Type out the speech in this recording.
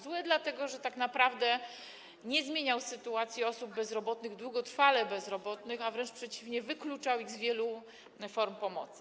Zły, dlatego że tak naprawdę nie zmieniał on sytuacji osób bezrobotnych, długotrwale bezrobotnych, a wręcz przeciwnie, wykluczał wiele form pomocy.